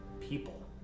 people